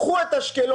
קחו את אשקלון,